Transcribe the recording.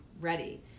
ready